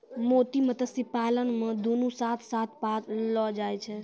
मोती मत्स्य पालन मे दुनु साथ साथ पाललो जाय छै